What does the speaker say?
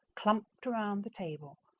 clumped around the table,